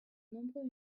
nombreux